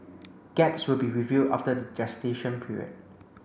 gaps would be reviewed after the gestational period